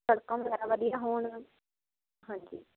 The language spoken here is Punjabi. ਸੜਕਾਂ ਵਗੈਰਾ ਵਧੀਆ ਹੋਣ ਹਾਂਜੀ